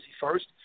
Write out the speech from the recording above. first